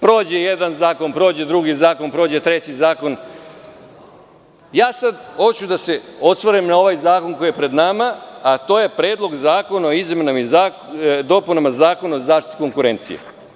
Prođe jedan zakon, prođe drugi zakon, prođe treći zakon i ja sad hoću da se osvrnem na ovaj zakon koji je pred nama, a to je Predlog zakona o izmenama i dopunama Zakona o zaštiti konkurencije.